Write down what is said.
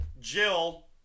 Jill